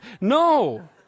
No